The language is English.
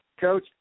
Coach